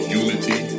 unity